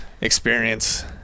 experience